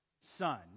son